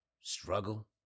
struggle